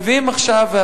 מביאים עכשיו חוק,